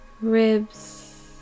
ribs